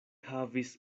havis